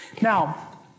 Now